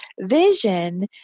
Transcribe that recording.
vision